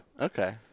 Okay